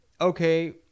okay